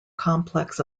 complex